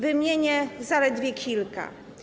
Wymienię zaledwie kilka.